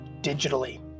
digitally